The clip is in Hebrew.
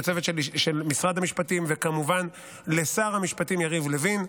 לצוות של משרד המשפטים וכמובן לשר המשפטים יריב לוין,